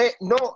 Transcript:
no